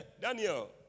Daniel